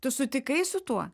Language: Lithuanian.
tu sutikai su tuo